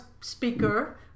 speaker